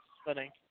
spinning